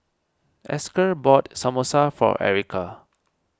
Esker bought Samosa for Erica